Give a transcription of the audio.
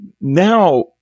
now